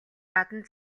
гадна